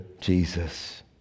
Jesus